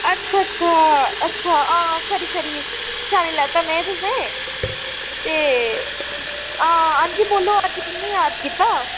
अच्छा अच्छा अच्छा हां खरी खरी पन्छानी लैता में तुसे ईं ते हां अंजी बोल्लो अज्ज कि'यां याद कीता